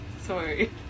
Sorry